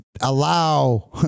allow